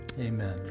Amen